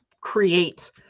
create